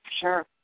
sure